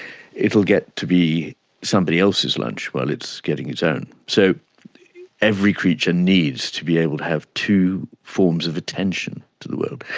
it will get to be somebody else's lunch while it's getting its own. so every creature needs to be able to have two forms of attention to the world.